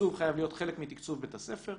התקצוב חייב להיות חלק מתקצוב בית הספר.